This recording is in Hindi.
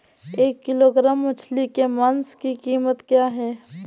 एक किलोग्राम मछली के मांस की कीमत क्या है?